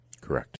Correct